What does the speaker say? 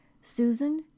Susan